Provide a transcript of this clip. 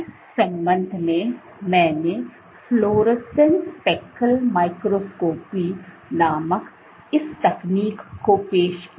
इस संबंध में मैंने फ्लोरेसेंस स्पेक्ल माइक्रोस्कोपी नामक इस तकनीक को पेश किया